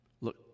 look